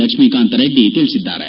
ಲಕ್ಷ್ಮೀಕಾಂತ ರೆಡ್ಡಿ ತಿಳಿಸಿದ್ದಾರೆ